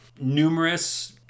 numerous